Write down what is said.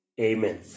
Amen